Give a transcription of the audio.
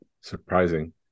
Surprising